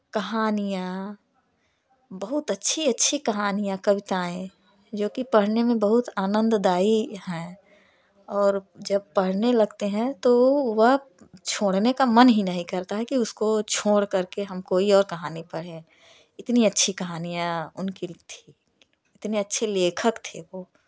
कहानियाँ बहुत अच्छी अच्छी कहानियाँ कविताएँ जो कि पढ़ने में बहुत आनंददायी हैं और जब पढ़ने लगते हैं तो वह छोड़ने का मन ही नहीं करता है कि उसको छोड़कर के हम कोई और कहानी पढ़ें इतनी अच्छी कहानियाँ उनकी थीं इतने अच्छे लेखक थे वो